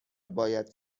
باید